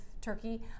turkey